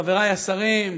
חברי השרים,